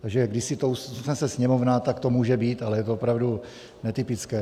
Takže když si to usnese Sněmovna, tak to může být, ale je to opravdu netypické.